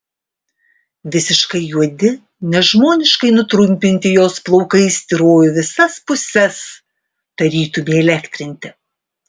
visiškai juodi nežmoniškai nutrumpinti jos plaukai styrojo į visas puses tarytum įelektrinti